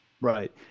Right